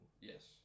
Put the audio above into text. Yes